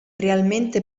realmente